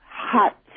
hut